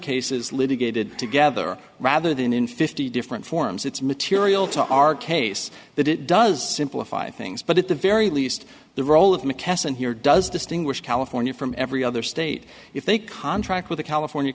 cases litigated together rather than in fifty different forms it's material to our case that it does imply five things but at the very least the role of mckesson here does distinguish california from every other state if they contract with a california